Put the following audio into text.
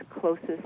closest